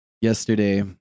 yesterday